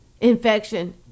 Infection